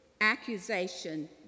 accusation